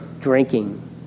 drinking